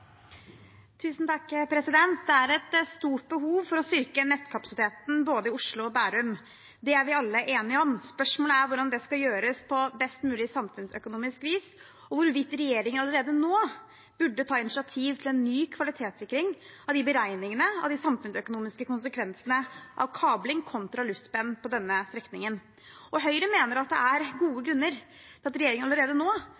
et stort behov for å styrke nettkapasiteten både i Oslo og i Bærum. Det er vi alle enige om. Spørsmålet er hvordan det skal gjøres på best mulig samfunnsøkonomisk vis, og hvorvidt regjeringen allerede nå burde ta initiativ til en ny kvalitetssikring av beregningene av de samfunnsøkonomiske konsekvensene av kabling kontra luftspenn på denne strekningen. Høyre mener at det er gode grunner til at regjeringen allerede nå,